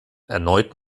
erneut